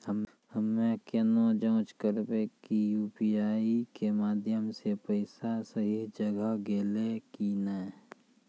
हम्मय केना जाँच करबै की यु.पी.आई के माध्यम से पैसा सही जगह गेलै की नैय?